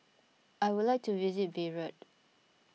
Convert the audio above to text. I would like to visit Beirut